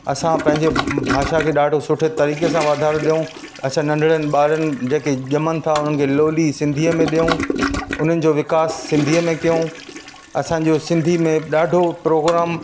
असां पंहिंजे भाषा खे ॾाढो सुठे तरीक़े सां वधारे ॾियूं असां नंढड़नि ॿारनि जेकी जमनि था उन्हनि खे लोली सिंधीअ में ॾियूं उन्हनि जो विकास सिंधीअ में कयूं असांजो सिंधी में ॾाढो प्रोग्राम